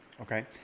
Okay